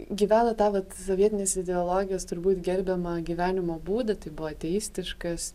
gyveno tą vat sovietinės ideologijos turbūt gerbiamą gyvenimo būdą tai buvo ateistiškas